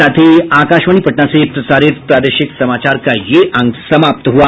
इसके साथ ही आकाशवाणी पटना से प्रसारित प्रादेशिक समाचार का ये अंक समाप्त हुआ